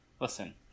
listen